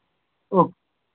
ओह